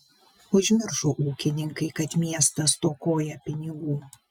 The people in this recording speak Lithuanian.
užmiršo ūkininkai kad miestas stokoja pinigų